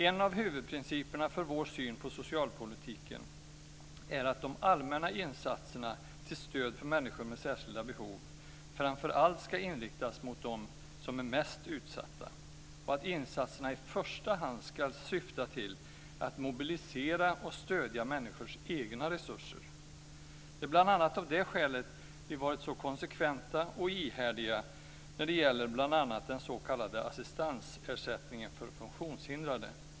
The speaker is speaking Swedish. En av huvudprinciperna för vår syn på socialpolitiken är att de allmänna insatserna till stöd för människor med särskilda behov framför allt ska inriktas mot dem som är allra mest utsatta och att insatserna i första hand ska syfta till att mobilisera och stödja människornas egna resurser. Det är bl.a. av det skälet som vi har varit så konsekventa och ihärdiga när det gäller bl.a. den s.k. assistansersättningen för funktionshindrade.